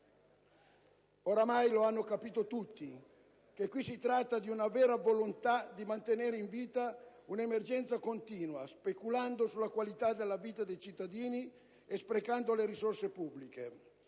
Oramai lo hanno capito tutti che qui si tratta di una vera volontà di mantenere in vita un'emergenza continua, speculando sulla qualità della vita dei cittadini e sprecando le risorse pubbliche,